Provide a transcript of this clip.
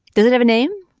does it have a name.